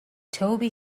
toby